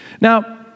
Now